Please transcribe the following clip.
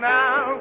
now